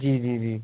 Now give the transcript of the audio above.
جی جی جی